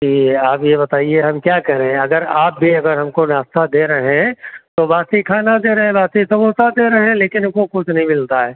कि आप ये बताइए हम क्या करें अगर आप भी अगर हमको नाश्ता दे रहे हैं तो बासी खाना दे रहे हैं बासी समोसा दे हे हैं लेकिन हमको कुछ नहीं मिलता है